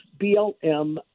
BLM